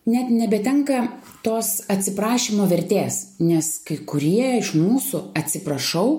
net nebetenka tos atsiprašymo vertės nes kai kurie iš mūsų atsiprašau